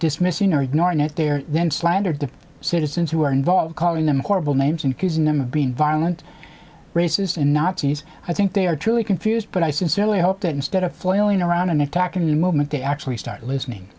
dismissing or ignoring that they are then slandered the citizens who are involved calling them horrible names and causing them of being violent racists and nazis i think they are truly confused but i sincerely hope that instead of flailing around and attacking the moment they actually start listening